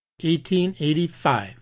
1885